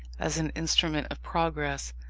as an instrument of progress,